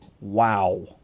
wow